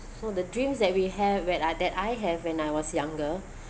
so the dreams that we ha~ when uh that I have when I was younger